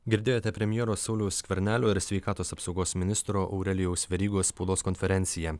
girdėjote premjero sauliaus skvernelio ir sveikatos apsaugos ministro aurelijaus verygos spaudos konferenciją